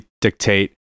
dictate